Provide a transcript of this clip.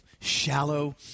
shallow